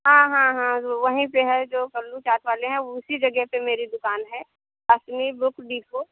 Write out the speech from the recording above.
हाँ हाँ हाँ वहीं पे है जो कल्लू चाट वाले हैं उसी जगह पर मेरी दुकान है असमी बुक डीपो